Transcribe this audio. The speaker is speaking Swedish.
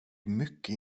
mycket